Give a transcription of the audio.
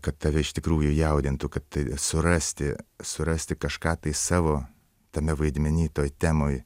kad tave iš tikrųjų jaudintų kad tai surasti surasti kažką tai savo tame vaidmeny toj temoj